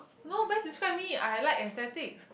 no best describe me I like aesthetics